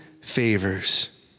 favors